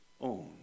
own